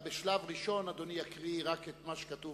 בשלב ראשון אדוני חבר הכנסת אגבאריה יקרא רק את מה שכתוב.